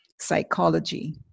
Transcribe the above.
psychology